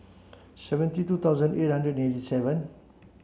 seventy two thousand eight hundred eighty seven